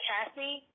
Cassie